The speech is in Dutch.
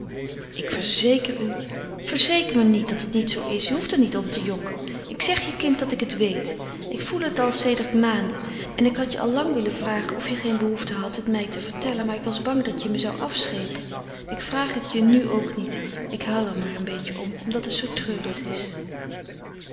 ik verzeker u verzeker me niet dat het niet zoo is je hoeft er niet om te jokken ik zeg je kind dat ik het weet ik voel het al sedert maanden en ik had je al lang willen vragen of je geen behoefte had het mij te vertellen maar ik was bang dat je me zou afschepen ik vraag het je nu ook niet ik huil er maar een beetje om omdat het zoo treurig is